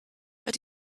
but